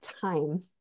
time